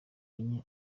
enye